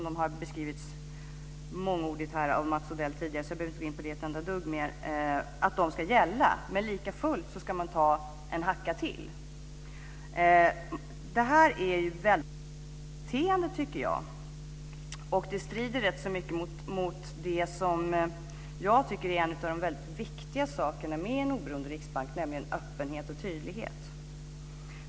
De har beskrivits mångordigt av Mats Odell tidigare, så jag behöver inte gå in på dem. Man säger att principerna ska gälla, men likafullt ska man ta en hacka till. Det här är ett väldigt underligt beteende, tycker jag. Det strider rätt mycket mot något som jag tycker är en väldigt viktig sak med en oberoende riksbank, nämligen öppenhet och tydlighet.